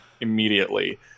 immediately